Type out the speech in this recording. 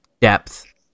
depth